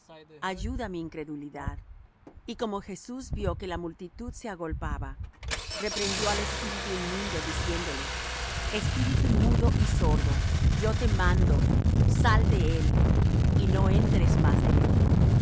ayuda mi incredulidad y como jesús vió que la multitud se agolpaba reprendió al espíritu inmundo diciéndole espíritu mudo y sordo yo te mando sal de él y no entres más en él